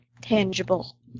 tangible